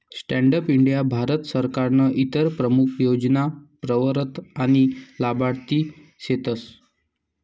stand up India Bharat सरकारनं इतर प्रमूख योजना प्रवरतक आनी लाभार्थी सेतस